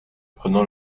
prenant